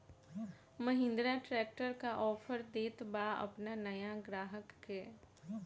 Mahindra tractor का offer देत बा अपना नया ग्राहक के?